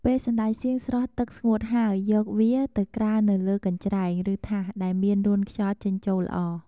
ពេលសណ្ដែកសៀងស្រស់ទឹកស្ងួតហើយ យកវាទៅក្រាលនៅលើកញ្ច្រែង ឬថាសដែលមានរន្ធខ្យល់ចេញចូលល្អ។